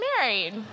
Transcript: married